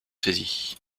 saisi